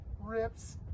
rips